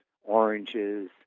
oranges